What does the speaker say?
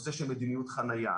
נושא של מדיניות חניה,